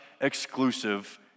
exclusive